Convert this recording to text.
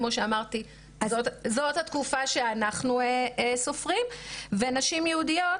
כמו שאמרתי זאת התקופה שאנחנו סופרים ונשים יהודיות